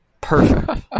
perfect